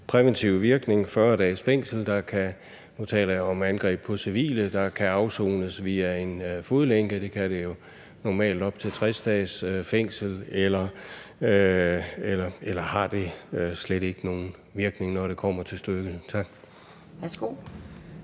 der, nu taler jeg om angreb på civile, kan afsones via en fodlænke – det kan det jo normalt op til 60 dages fængsel – eller har det slet ikke nogen virkning, når det kommer til stykket? Tak.